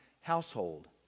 household